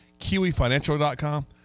kiwifinancial.com